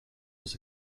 was